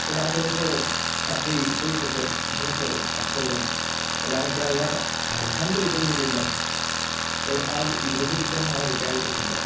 पूण हांव थोडोसो सांखळी पयस वचप थोडोसो फाटी सरलो जाल्यार हांव त्या वेळार धाडसान जर भितर सरिल्लो तर आज हांव युनिवर्सिटितल्यान रिटायर्ड जाता आशिल्लो